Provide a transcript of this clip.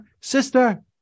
sister